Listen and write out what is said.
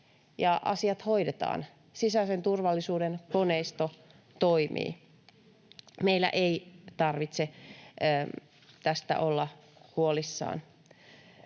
asiat hoidetaan. Sisäisen turvallisuuden koneisto toimii. Meillä ei tarvitse tästä olla huolissaan.